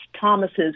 Thomas's